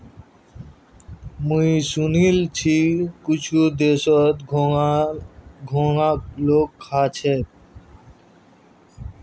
मुई सुनील छि कुछु देशत घोंघाक लोग खा छेक